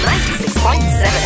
96.7